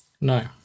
No